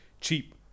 cheap